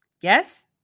Yes